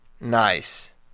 Nice